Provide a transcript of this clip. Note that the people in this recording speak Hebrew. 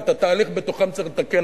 ואת התהליך בתוכם צריך לתקן,